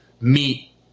meet